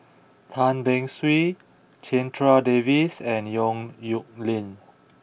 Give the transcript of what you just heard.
Tan Beng Swee Checha Davies and Yong Nyuk Lin